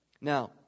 Now